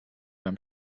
beim